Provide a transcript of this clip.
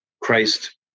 Christ